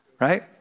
right